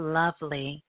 lovely